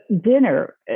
dinner